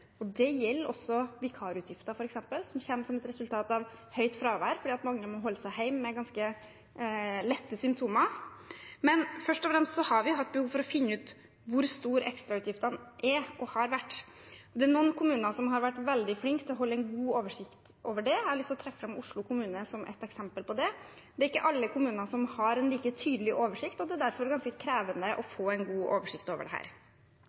og det gjelder også f.eks. vikarutgifter, som kommer som et resultat av høyt fravær fordi mange nå må holde seg hjemme med ganske lette symptomer. Men først og fremst har vi hatt behov for å finne ut hvor store ekstrautgiftene er – og har vært. Noen kommuner har vært veldig flinke til å holde en god oversikt over det, og jeg har lyst til å trekke fram Oslo kommune som et eksempel på det. Det er ikke alle kommuner som har en like tydelig oversikt, og det er derfor ganske krevende å få en god oversikt over